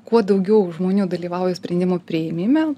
kuo daugiau žmonių dalyvauja sprendimų priėmime